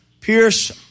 Pierce